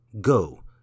go